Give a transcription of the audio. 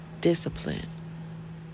discipline